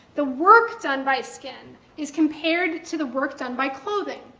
the work done by skin is compared to the work done by clothing.